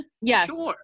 Yes